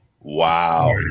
Wow